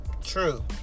true